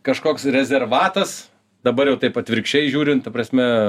kažkoks rezervatas dabar jau taip atvirkščiai žiūrint ta prasme